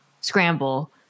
scramble